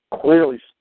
clearly